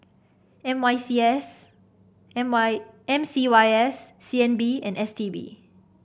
M Y C S M Y M C Y S C N B and S T B